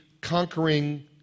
conquering